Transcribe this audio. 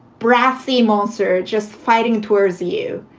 brassy monster. just fighting towards you.